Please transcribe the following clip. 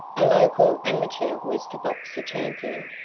a local amateur was to box a champion.